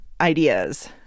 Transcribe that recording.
ideas